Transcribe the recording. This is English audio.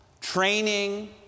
training